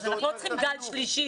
אנחנו לא צריכים גל שלישי,